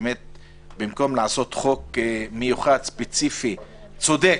במקום לעשות חוק מיוחד, ספציפי, צודק,